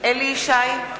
אליהו ישי,